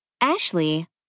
Ashley